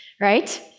right